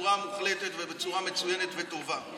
ובצורה מוחלטת ובצורה מצוינת וטובה.